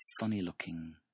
funny-looking